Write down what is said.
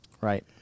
Right